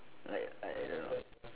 like like I don't know